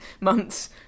months